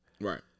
Right